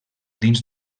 dins